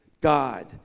God